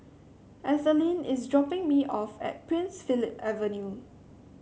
Ethelene is dropping me off at Prince Philip Avenue